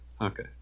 Okay